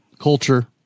culture